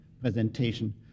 presentation